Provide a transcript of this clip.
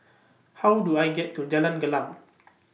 How Do I get to Jalan Gelam